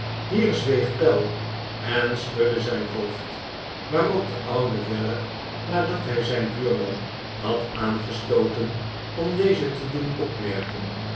hier zweeg pell en schudde zijn hoofd waarop de oude weller nadat hij zijn buurman had aangestooten om dezen te doen opmerken